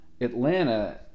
Atlanta